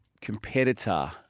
competitor